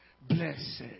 blessed